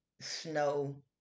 snow